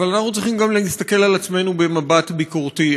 אבל אנחנו צריכים גם להסתכל על עצמנו במבט ביקורתי.